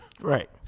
Right